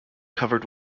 covered